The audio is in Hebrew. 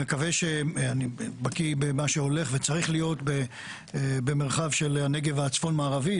אני בקי במה שהולך וצריך להיות במרחב של הנגב צפון מערבי,